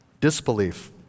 Disbelief